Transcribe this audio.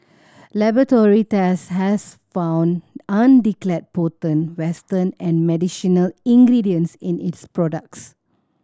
laboratory tests has found undeclared potent western and medicinal ingredients in its products